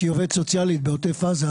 שהיא עובדת סוציאלית בעוטף עזה,